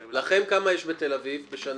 כמה יש לכם בתל אביב בשנה?